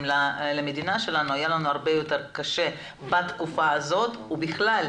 למדינה שלנו היה לנו הרבה יותר קשה בתקופה הזאת ובכלל.